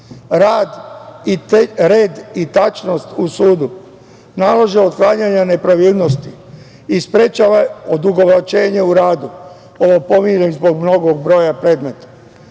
rad, red i tačnost u sudu, nalaže otklanjanje nepravilnosti i sprečava odugovlačenje u radu, ovo pominjem i zbog velikog broja predmeta,